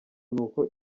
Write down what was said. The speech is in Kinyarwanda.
n’uko